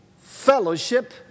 fellowship